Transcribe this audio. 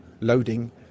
loading